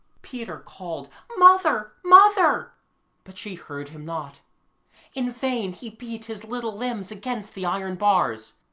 peter called, mother! mother but she heard him not in vain he beat his little limbs against the iron bars.